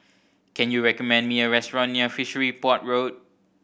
can you recommend me a restaurant near Fishery Port Road